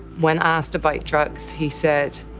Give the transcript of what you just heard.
when asked about drugs, he said,